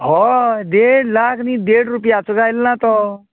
हय देड लाख न्ही देड रुपयाचो गायल्लो ना तो